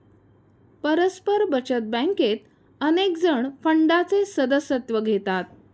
परस्पर बचत बँकेत अनेकजण फंडाचे सदस्यत्व घेतात